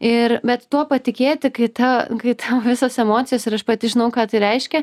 ir bet tuo patikėti kai ta kai visos emocijos ir aš pati žinau ką tai reiškia